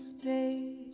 stay